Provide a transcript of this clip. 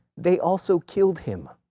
they also killed him.